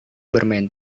bermain